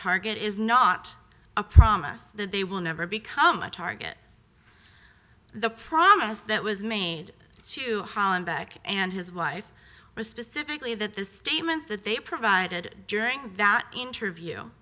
target is not a promise that they will never become a target the promise that was made to hollenbeck and his wife was specifically that the statements that they provided during that interview